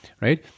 right